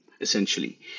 essentially